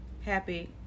happy